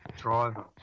driver